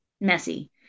messy